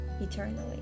eternally